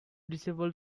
disabled